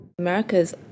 America's